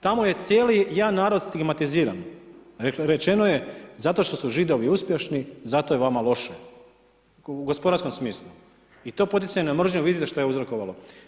Tamo je cijeli jedan narod stigmatiziran, rečeno je zato što su Židovi uspješni zato je vama loše u gospodarskom smislu i to poticanje na mržnju vidite šta je uzrokovalo.